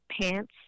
pants